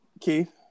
Keith